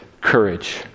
courage